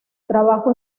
trabajo